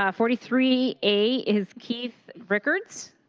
ah forty three a is keith rickards.